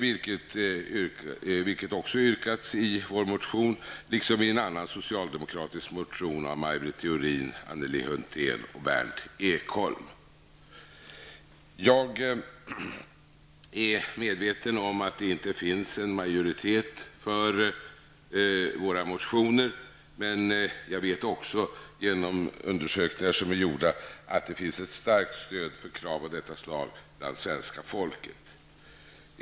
Detta yrkas också i vår motion samt i en annan socialdemokratisk motion av Maj Britt Theorin, Anneli Hulthén och Berndt Ekholm. Jag är medveten om att det inte finns någon majoritet för kraven i våra motioner, samtidigt som jag -- genom gjorda undersökningar -- vet att det finns ett starkt stöd för krav av detta slag bland det svenska folket.